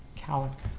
count